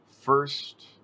first